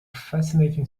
fascinating